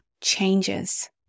changes